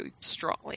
strongly